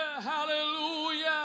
hallelujah